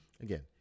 Again